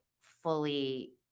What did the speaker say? fully